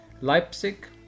Leipzig